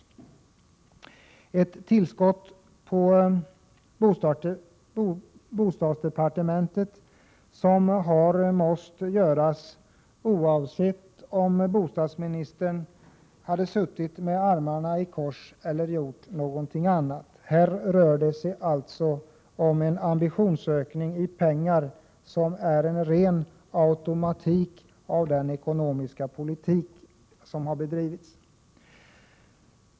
Det är ett tillskott till bostadsdepartementet som hade måst göras oavsett om bostadsministern hade suttit med armarna i kors eller gjort något annat. Här rör det sig alltså om en ökning i pengar som är en rent automatisk följd av den ekonomiska politik som regeringen har bedrivit.